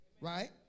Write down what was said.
right